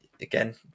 again